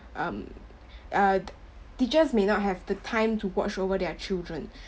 um uh t~ teachers may not have the time to watch over their children